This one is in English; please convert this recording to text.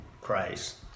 Christ